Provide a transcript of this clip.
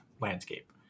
landscape